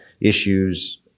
issues